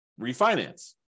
refinance